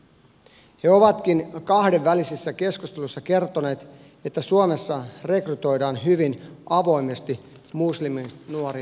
he ovatkin kahdenvälisissä keskusteluissa kertoneet että suomessa rekrytoidaan hyvin avoimesti musliminuoria taisteluihin